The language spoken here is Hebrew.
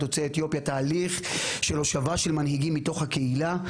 יוצאי אתיופיה תהליך של הושבה של מנהיגים מתוך הקהילה,